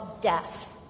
death